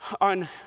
On